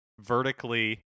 vertically